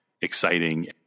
exciting